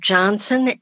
Johnson